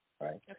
right